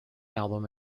album